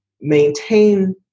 maintain